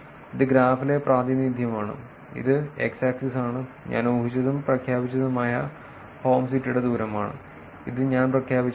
ഇത് ഗ്രാഫിലെ പ്രാതിനിധ്യമാണ് ഇത് x ആക്സിസ് ആണ് ഞാൻ ഊഹിച്ചതും പ്രഖ്യാപിച്ചതുമായ ഹോം സിറ്റിയുടെ ദൂരമാണ് അത് ഞാൻ പ്രഖ്യാപിച്ച ഒന്നാണ്